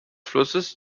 flusses